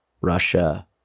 Russia